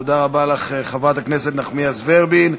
תודה רבה לך, חברת הכנסת נחמיאס ורבין.